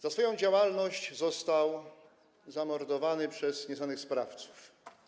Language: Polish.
Za swoją działalność został zamordowany przez nieznanych sprawców.